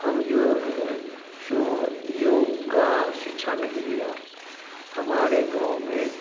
हम जो हैं सो योग का शिक्षा नहीं लिया हूँ हमारे गाँव में